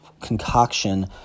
concoction